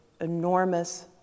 enormous